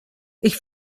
ich